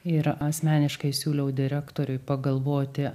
ir asmeniškai siūliau direktoriui pagalvoti